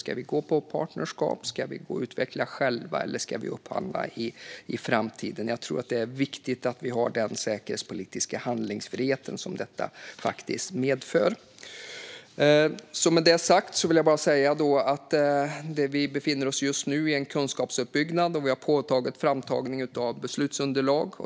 Ska vi gå på partnerskap, utveckla själva eller upphandla i framtiden? Jag tror att det är viktigt att vi har den säkerhetspolitiska handlingsfrihet som detta medför. Vi befinner oss nu i en kunskapsuppbyggnadsfas och har påbörjat framtagning av beslutsunderlag.